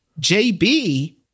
JB